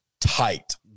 tight